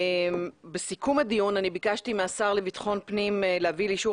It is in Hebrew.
בסיכום הדיון ביקשתי מהשר לביטחון פנים להביא לאישור